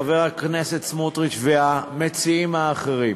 חבר הכנסת סמוטריץ והמציעים האחרים,